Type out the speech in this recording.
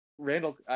Randall